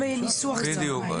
בדיוק.